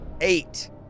Eight